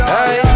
Hey